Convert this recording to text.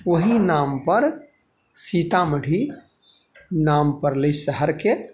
ओही नामपर सीतामढ़ी नाम पड़लै शहरके